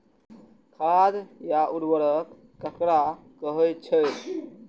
खाद और उर्वरक ककरा कहे छः?